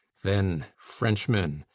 then, french men,